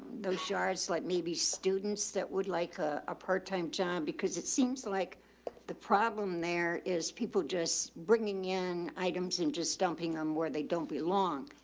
those shards slept. maybe students that would like a a part time job because it seems like the problem there is people just bringing in items and just dumping them where they don't belong.